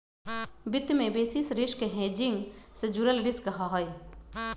वित्त में basis risk hedging से जुड़ल रिस्क हहई